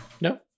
no